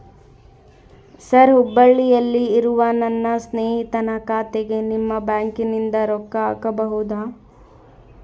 Sir ಹುಬ್ಬಳ್ಳಿಯಲ್ಲಿ ಇರುವ ನನ್ನ ಸ್ನೇಹಿತನ ಖಾತೆಗೆ ನಿಮ್ಮ ಬ್ಯಾಂಕಿನಿಂದ ರೊಕ್ಕ ಹಾಕಬಹುದಾ?